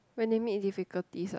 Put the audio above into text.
when you meet difficulties ah